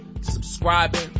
subscribing